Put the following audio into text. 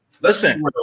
Listen